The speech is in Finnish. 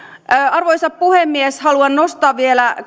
arvoisa puhemies haluan nostaa vielä